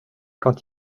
quand